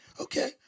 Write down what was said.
Okay